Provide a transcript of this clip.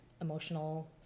emotional